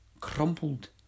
crumpled